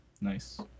Nice